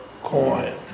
coin